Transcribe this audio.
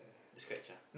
scratch ah